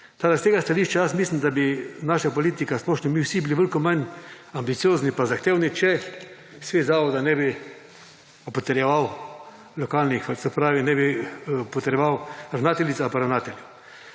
zavoda. Iz tega stališča jaz mislim, da bi naša politika splošno mi vsi bili veliko manj ambiciozni in zahtevni, če Svet zavoda ne bi potrjeval lokalnih se pravi ne bi potreboval ravnateljic ali pa ravnateljev.